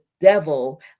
devil